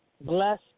Bless